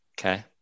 Okay